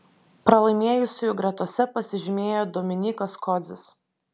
pralaimėjusiųjų gretose pasižymėjo dominykas kodzis